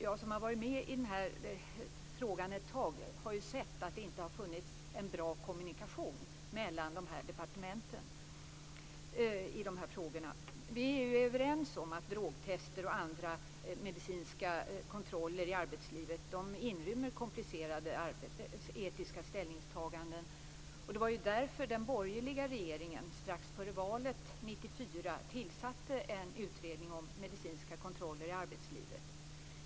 Jag som har varit med ett tag har ju sett att det inte har funnits en bra kommunikation mellan dessa departement i de här frågorna. Vi är överens om att drogtest och andra medicinska kontroller i arbetslivet inrymmer komplicerade etiska ställningstaganden. Det var därför den borgerliga regeringen strax före valet 1994 tillsatte en utredning om medicinska kontroller i arbetslivet.